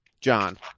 John